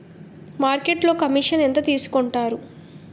మార్కెట్లో కమిషన్ ఎంత తీసుకొంటారు?